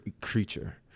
creature